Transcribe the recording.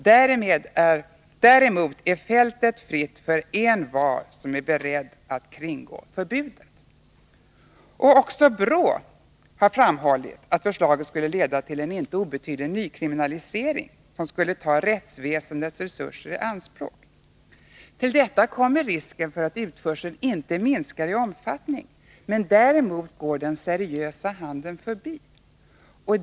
Däremot är fältet fritt för envar som är beredd att kringgå förbudet.” Också BRÅ har framhållit att förslaget skulle leda till en inte obetydlig nykriminalisering, som skulle ta rättsväsendets resurser i anspråk. Till detta kommer risken för att utförseln inte minskar i omfattning men däremot går den seriösa handeln förbi.